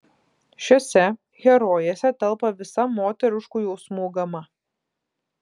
šiose herojėse telpa visa moteriškų jausmų gama